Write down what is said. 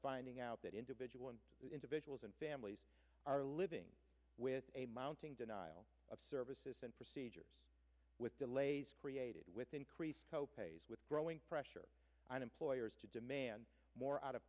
finding out that individual and individuals and families are living with a mounting denial of services and procedures with delays created with increased co pays with growing pressure on employers to demand more out of